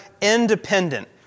independent